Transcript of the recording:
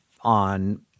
on